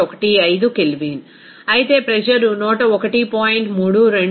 15 kelvin అయితే pressure 101